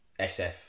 SF